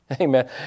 Amen